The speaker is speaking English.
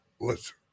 listen